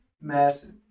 Massive